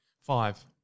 Five